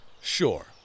Sure